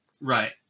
Right